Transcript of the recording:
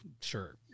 sure